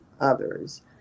others